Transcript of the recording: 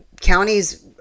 counties